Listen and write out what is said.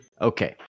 okay